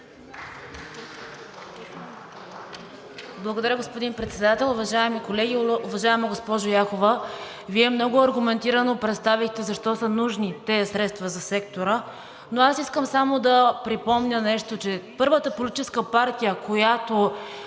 Благодаря, господин Председател. Уважаеми колеги! Уважаема госпожо Яхова, Вие много аргументирано представихте защо са нужни тези средства за сектора. Искам само да припомня нещо, че първата политическа партия, която